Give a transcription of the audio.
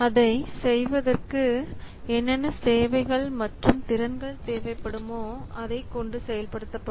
அதை செய்வதற்கு என்னென்ன சேவைகள் மற்றும் திறன்கள் தேவைப்படுமோ அதை கொண்டு செயல்படுத்தப்படும்